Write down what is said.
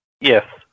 Yes